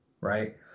right